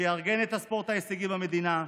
שיארגן את הספורט ההישגי במדינה,